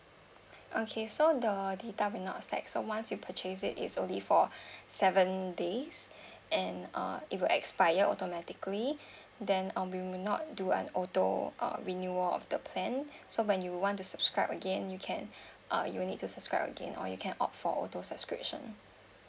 okay so the data will not stack so once you purchase it it's only for seven days and uh it will expire automatically then uh we may not do an auto uh renewal of the plan so when you want to subscribe again you can uh you will need to subscribe again or you can opt for auto subscription